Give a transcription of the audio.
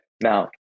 Now